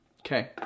okay